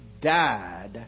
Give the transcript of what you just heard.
died